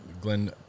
Glenn